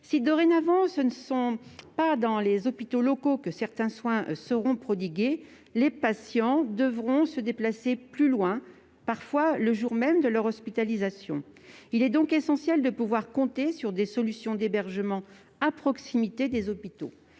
Si, dorénavant, ce ne sont pas dans les hôpitaux locaux que certains soins sont prodigués, les patients devront se déplacer plus loin, parfois le jour même de leur hospitalisation. Il est donc essentiel de pouvoir compter sur des solutions d'hébergement à proximité des hôpitaux.